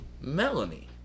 Melanie